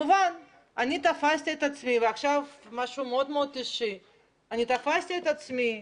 משהו מאוד אישי - תפסתי את עצמי,